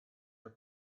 were